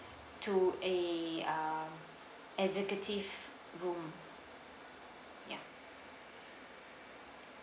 to a uh executive room ya